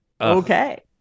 Okay